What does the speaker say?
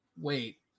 wait